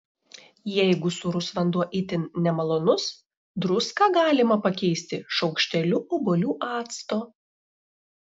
jeigu sūrus vanduo itin nemalonus druską galima pakeisti šaukšteliu obuolių acto